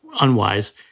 unwise